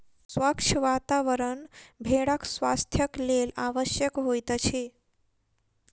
स्वच्छ वातावरण भेड़क स्वास्थ्यक लेल आवश्यक होइत अछि